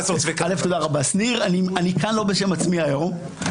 אני כאן לא בשם עצמי היום,